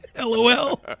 LOL